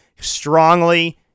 strongly